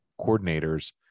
coordinators